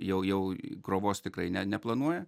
jau jau krovos tikrai ne neplanuoja